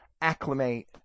acclimate